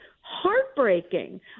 heartbreaking